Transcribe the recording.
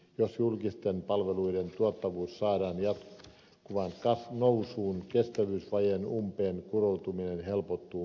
jos julkisten palveluiden tuottavuus saadaan jatkuvaan nousuun kestävyysvajeen umpeen kuroutuminen helpottuu merkittävästi